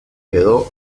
quedó